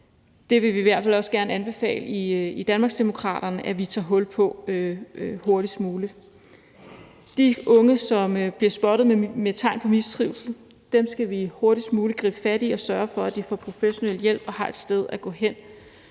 i hvert fald også gerne anbefale at vi tager hul på hurtigst muligt. De unge, som bliver spottet med tegn på mistrivsel, skal vi hurtigst muligt gribe fat i og sørge for får professionel hjælp og har et sted at gå hen,